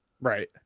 Right